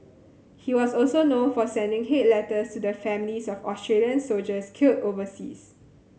he was also known for sending hate letters to the families of Australian soldiers killed overseas